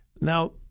Now